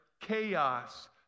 chaos